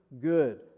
good